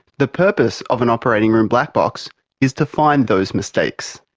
the purpose of an operating room black box is to find those mistakes.